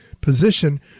position